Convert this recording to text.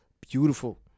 beautiful